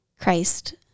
Christ